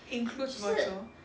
includes virtual